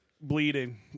bleeding